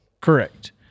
Correct